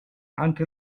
entre